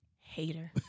Hater